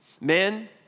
Men